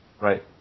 Right